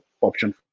option